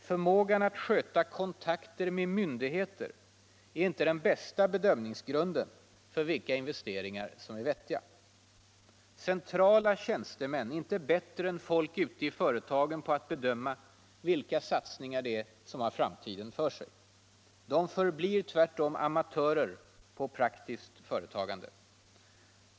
Förmågan att sköta kontakter med myndigheter är inte den bästa bedömningsgrunden för vilka investeringar som är vettiga. Centrala tjänstemän är inte bättre än folk ute i företagen på att bedöma vilka satsningar som har framtiden för sig. De förblir tvärtom amatörer på praktiskt företagande.